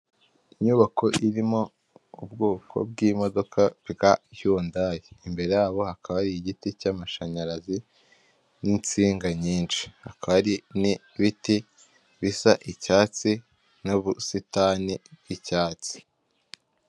Inyubako irimo ubwoko bw'imodoka bwa yundayi imbere yabo hakaba ari igiti cy'amashanyarazi n'insinga nyinshi n'ibiti bisa icyatsi n'ubusitani bw'icyatsi.